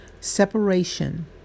Separation